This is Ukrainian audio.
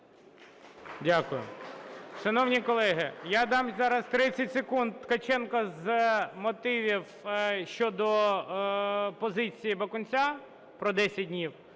Дякую. Шановні колеги! Я дам зараз 30 секунд Ткаченку з мотивів щодо позиці Бакунця про 10 днів".